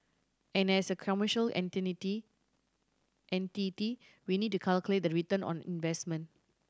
and as a commercial entity we need to calculate the return on investment